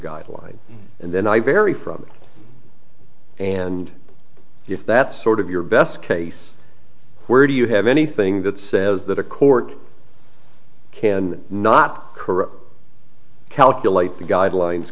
guideline and then i vary from and if that sort of your best case where do you have anything that says that a court can not corrupt calculate the guidelines